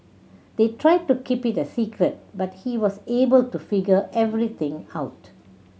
they tried to keep it a secret but he was able to figure everything out